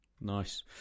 nice